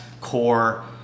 core